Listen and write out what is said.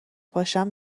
باشم